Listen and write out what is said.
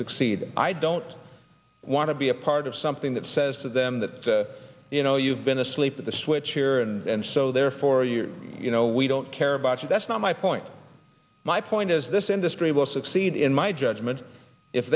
succeed i don't want to be a part of something that says to them that you know you've been asleep at the switch here and so therefore you're you know we don't care about you that's not my point my point is this industry will succeed in my judgment if